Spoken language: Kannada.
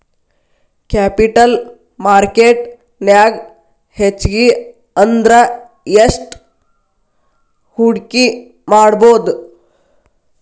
ಕ್ಯಾಪಿಟಲ್ ಮಾರ್ಕೆಟ್ ನ್ಯಾಗ್ ಹೆಚ್ಗಿ ಅಂದ್ರ ಯೆಸ್ಟ್ ಹೂಡ್ಕಿಮಾಡ್ಬೊದು?